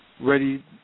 ready